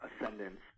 ascendance